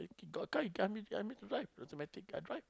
got car you tell me tell me to drive automatic I drive